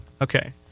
Okay